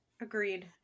agreed